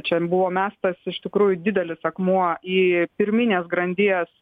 čia buvo mestas iš tikrųjų didelis akmuo į pirminės grandies